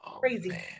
crazy